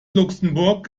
luxemburg